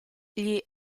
gli